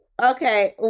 Okay